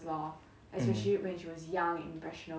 mm